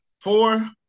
Four